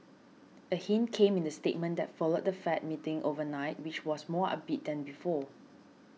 a hint came in the statement that followed the Fed meeting overnight which was more upbeat than before